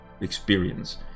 experience